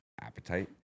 appetite